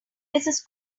mrs